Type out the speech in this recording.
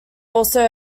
also